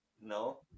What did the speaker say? No